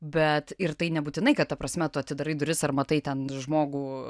bet ir tai nebūtinai kad ta prasme tu atidarai duris ar matai ten žmogų